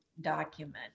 document